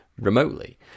remotely